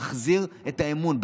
תחזיר את האמון.